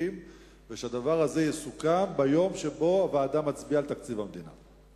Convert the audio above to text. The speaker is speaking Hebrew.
והדבר הזה יסוכם ביום שבו הוועדה מצביעה על תקציב המדינה.